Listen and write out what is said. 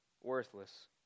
worthless